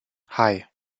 hei